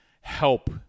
help